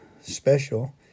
special